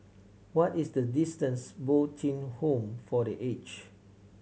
what is the distance Bo Tien Home for The Aged